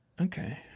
Okay